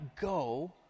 go